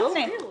אנחנו